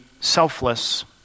selfless